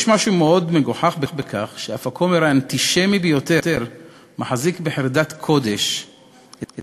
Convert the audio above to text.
יש משהו מאוד מגוחך בכך שאף הכומר האנטישמי ביותר מחזיק בחרדת קודש את